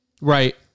Right